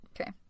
Okay